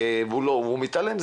והוא מתעלם,